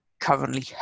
currently